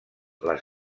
les